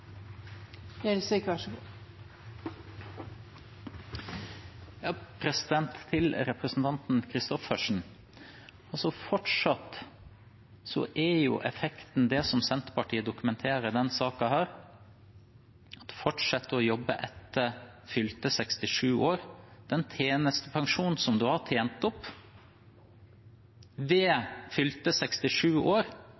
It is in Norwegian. Til representanten Christoffersen: Fortsatt er effekten det som Senterpartiet dokumenterer i denne saken dersom en fortsetter å fortsette å jobbe etter fylte 67 år, med tanke på den tjenestepensjonen som en har tjent opp ved